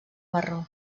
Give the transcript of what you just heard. marró